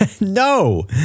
No